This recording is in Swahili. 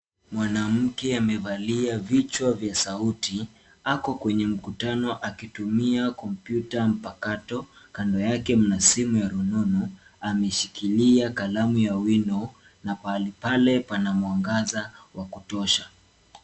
Mwanamke amevalia vichwa vya sauti. Ako kwenye mkutano akitumia kompyuta mpakato. Kando yake mna simu ya rununu. Ameshikilia kalamu ya wino na pahali pale pana mwangaza wa kutosha.